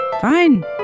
Fine